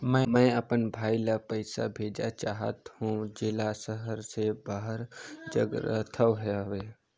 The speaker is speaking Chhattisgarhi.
मैं अपन भाई ल पइसा भेजा चाहत हों, जेला शहर से बाहर जग रहत हवे